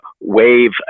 wave